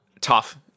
tough